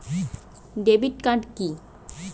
Debit card কি?